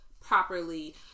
properly